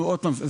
עוד פעם,